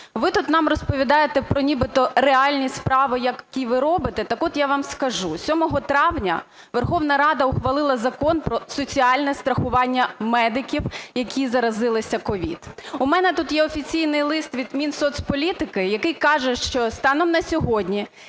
Ви тут нам розповідаєте про нібито реальні справи, які ви робите, так от я вам скажу, 7 травня Верховна Рада ухвалила Закон про соціальне страхування медиків, які заразилися COVID. У мене тут є офіційний лист від Мінсоцполітики, який каже, що станом на сьогодні